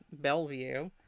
Bellevue